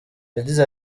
yagize